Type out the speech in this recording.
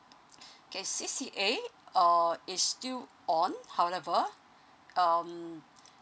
K C_C_A uh is still on however um